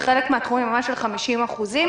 בחלק מן התחומים ממש של חמישים אחוזים,